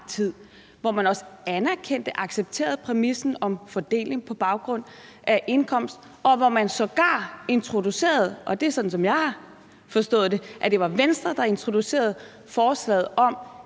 hvor man også anerkendte og accepterede præmissen om fordeling på baggrund af indkomst, og hvor man sågar – det er sådan, jeg har forstået det – introducerede forslaget om,